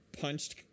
punched